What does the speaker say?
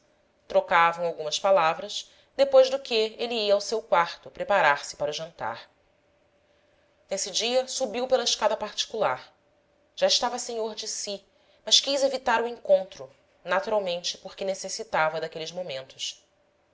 trocavam algumas palavras depois do que ele ia ao seu quarto preparar se para o jantar nesse dia subiu pela escada particular já estava senhor de si mas quis evitar o encontro naturalmente porque necessitava daqueles momentos